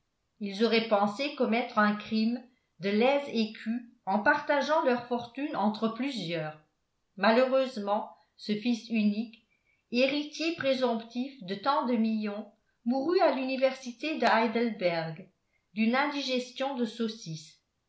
ils auraient pensé commettre un crime de lèse écus en partageant leur fortune entre plusieurs malheureusement ce fils unique héritier présomptif de tant de millions mourut à l'université de heidelberg d'une indigestion de saucisses